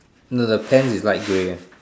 no the pants is light grey